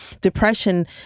depression